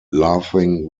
laughing